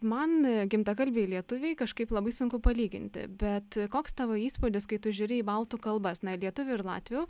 man gimtakalbei lietuvei kažkaip labai sunku palyginti bet koks tavo įspūdis kai tu žiūri į baltų kalbas na lietuvių ir latvių